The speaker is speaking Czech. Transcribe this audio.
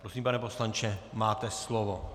Prosím, pane poslanče, máte slovo.